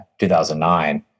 2009